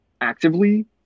actively